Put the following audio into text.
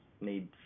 need